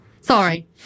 Sorry